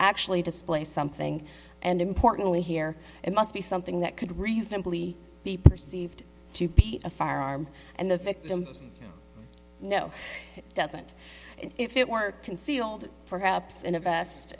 actually display something and importantly here it must be something that could reasonably be perceived to be a firearm and the victim no it doesn't if it work concealed perhaps in a vest